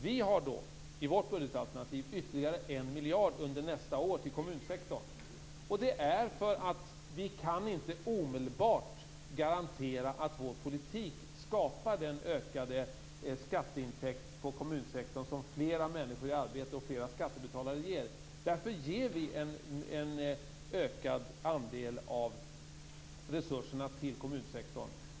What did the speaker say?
Vi har i vårt budgetalternativ ytterligare 1 miljard under nästa år till kommunsektorn. Det beror på att vi inte omedelbart kan garantera att vår politik skapar den ökade skatteintäkt i kommunsektorn som fler människor i arbete och fler skattebetalare ger. Därför ger vi en ökad andel av resurserna till kommunsektorn.